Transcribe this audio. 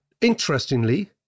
interestingly